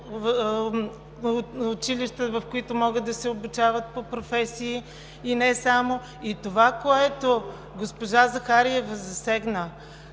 училища, в които могат да се обучават по професии, и не само. Това, което госпожа Захариева засегна,